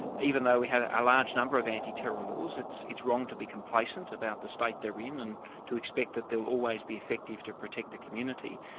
even though we have a large number of anti-terror laws, it's it's wrong to be complacent about the state they're in and to expect that they will always be effective to protect the community.